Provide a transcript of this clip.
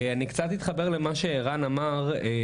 אני קצת אתחבר למה שערן אמר,